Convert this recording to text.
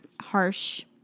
harsh